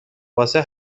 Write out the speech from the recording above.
واسه